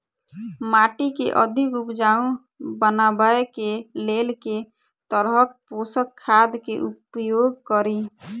माटि केँ अधिक उपजाउ बनाबय केँ लेल केँ तरहक पोसक खाद केँ उपयोग करि?